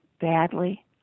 badly